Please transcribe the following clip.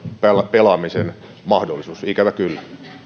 pelaamisen mahdollisuus ikävä kyllä